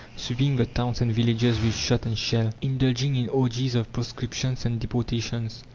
sweeping the towns and villages with shot and shell indulging in orgies of proscriptions and deportations,